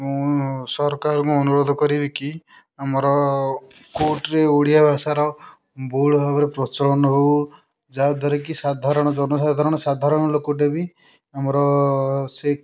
ମୁଁ ସରକାରଙ୍କୁ ଅନୁରୋଧ କରିବିକି ଆମର କୋର୍ଟରେ ଓଡ଼ିଆ ଭାଷାର ବହୁଳ ଭାବରେ ପ୍ରଚଳନ ହେଉ ଯାହାଦ୍ୱାରା କି ସାଧାରଣ ଜନସାଧାରଣ ସାଧାରଣ ଲୋକଟେ ବି ଆମର ସେ